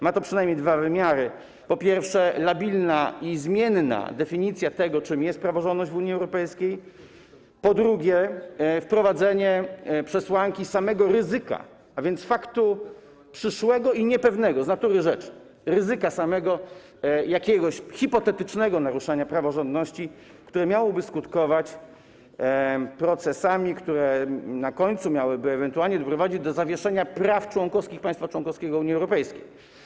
Ma to przynajmniej dwa wymiary: po pierwsze, labilna i zmienna definicja tego, czym jest praworządność w Unii Europejskiej, a po drugie, wprowadzenie przesłanki samego ryzyka, a więc faktu przyszłego i niepewnego z natury rzeczy, ryzyka samego, jakiegoś hipotetycznego naruszania praworządności, które miałoby skutkować procesami, które na końcu miałyby ewentualnie doprowadzić do zawieszenia praw członkowskich państwa członkowskiego Unii Europejskiej.